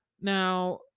now